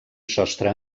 sostre